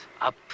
up